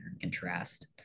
Contrast